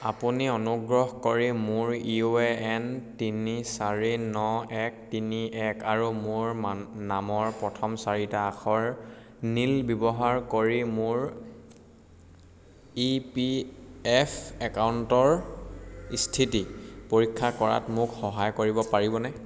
আপুনি অনুগ্ৰহ কৰি মোৰ ইউ এ এন তিনি চাৰি ন এক তিনি এক আৰু মোৰ নামৰ প্ৰথম চাৰিটা আখৰ নীল ব্যৱহাৰ কৰি মোৰ ই পি এফ একাউণ্টৰ স্থিতি পৰীক্ষা কৰাত মোক সহায় কৰিব পাৰিবনে